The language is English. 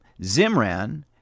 Zimran